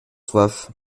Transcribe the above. soif